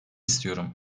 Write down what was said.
istiyorum